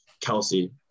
Kelsey